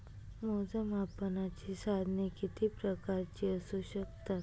मोजमापनाची साधने किती प्रकारची असू शकतात?